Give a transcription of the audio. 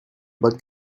but